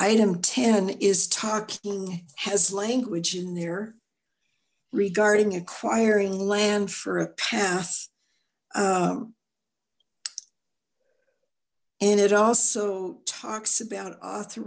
item ten is talking has language in there regarding acquiring land for a path and it also talks about author